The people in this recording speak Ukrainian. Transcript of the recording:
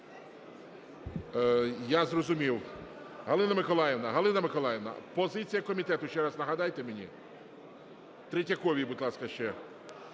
Миколаївна! Галина Миколаївна, позиція комітету, ще раз нагадайте мені. Третьяковій, будь ласка, ще.